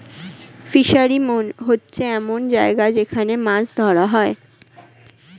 fishery হচ্ছে এমন জায়গা যেখান মাছ ধরা হয়